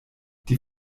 die